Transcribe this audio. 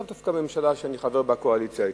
לאו דווקא הממשלה שאני חבר בקואליציה אתה.